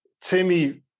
Timmy